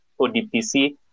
ODPC